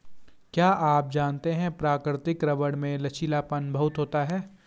क्या आप जानते है प्राकृतिक रबर में लचीलापन बहुत होता है?